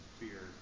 fear